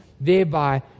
thereby